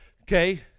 Okay